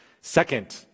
Second